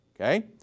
Okay